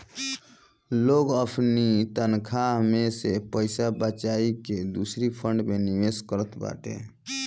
लोग अपनी तनखा में से पईसा बचाई के दूसरी फंड में निवेश करत बाटे